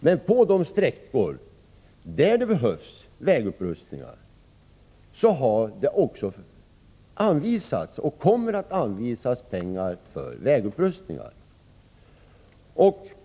Men på de sträckor där det behövs vägupprustningar har det också anvisats och kommer att anvisas pengar för sådana.